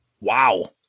Wow